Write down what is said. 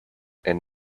and